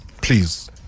please